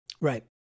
right